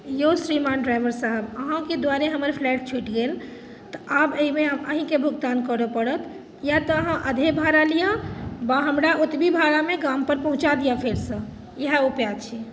यौ श्रीमान ड्राइवर साहब अहाँके दुआरे हमर फ्लाइट छुटि गेल तऽ आब एहिमे आब अहीॅंकेॅं भुगतान करऽ पड़त या तऽ अहाँ आधे भाड़ा लिअ वा हमरा ओतबी भाड़ा मे गाम पर पहुँचा दिअ फेर सऽ इएह उपाय छै